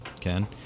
ken